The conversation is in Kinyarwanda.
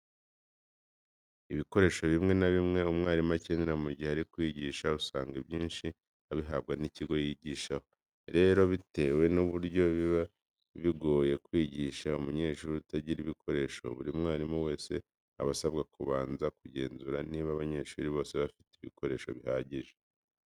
ibikoresho bimwe na bimwe umwarimu akenera mu gihe ari kwigisha usanga ibyinshi abihabwa n'ikigo yigishaho. Rero bitewe n'uburyo biba bigoye kwigisha umunyeshuri utagira ibikoresho, buri mwarimu wese aba asabwa kubanza kugenzura niba abanyeshuri bose bafite ibikoresho bihagije.